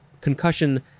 concussion